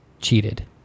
cheated